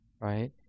Right